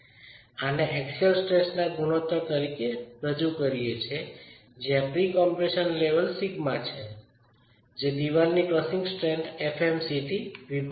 જો આને એક્સિયલલ સ્ટ્રેસના ગુણોત્તર તરીકે રજૂ કરીયે છીએ જે જયા પ્રી કમ્પ્રેશન લેવલ સિગ્મા છે જે ચણતરની ક્ર્સીંગ સ્ટ્રેન્થ fmc થી વિભાજિત નથી